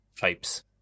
pipes